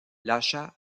lâcha